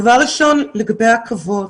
דבר ראשון לגבי הכבוד,